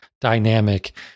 dynamic